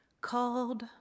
called